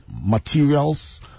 materials